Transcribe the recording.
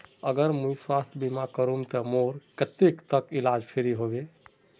अगर मुई स्वास्थ्य बीमा करूम ते मोर कतेक तक इलाज फ्री होबे?